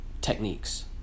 techniques